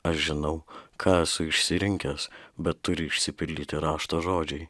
aš žinau ką esu išsirinkęs bet turi išsipildyti rašto žodžiai